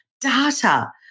data